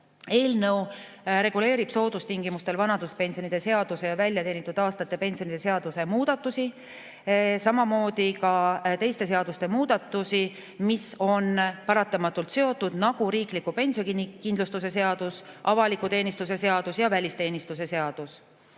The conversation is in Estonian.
Eelnõu reguleerib soodustingimustel vanaduspensionide seaduse ja väljateenitud aastate pensionide seaduse muudatusi, samamoodi sellega paratamatult seotud teisi seadusi, nagu riikliku pensionikindlustuse seadus, avaliku teenistuse seadus ja välisteenistuse seadus,